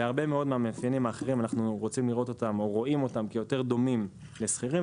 בהרבה מאוד מהמאפיינים האחרים אנחנו רואים אותם כיותר דומים לשכירים,